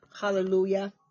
hallelujah